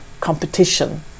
competition